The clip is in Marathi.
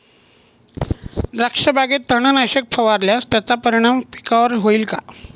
द्राक्षबागेत तणनाशक फवारल्यास त्याचा परिणाम पिकावर होईल का?